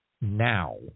now